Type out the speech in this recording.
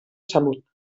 salut